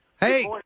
Hey